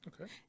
okay